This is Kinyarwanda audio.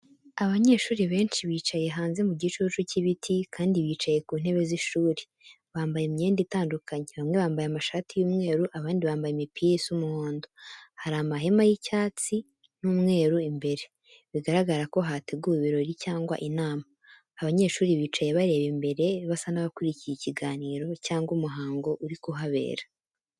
Abanyeshuri benshi bicaye hanze mu gicucu cy'ibiti kandi bicaye ku ntebe z'ishuri. Bambaye imyenda itandukanye, bamwe bambaye amashati y'umweru, abandi bambaye imipira isa umuhondo. Hari amahema y'icyatsi n'umweru imbere, bigaragara ko hateguwe ibirori cyangwa inama. Abanyeshuri bicaye bareba imbere basa n'abakurikiye ikiganiro cyangwa umuhango uri kuhabera.